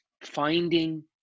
finding